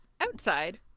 Outside